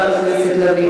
בבקשה, חברת הכנסת לביא.